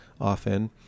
often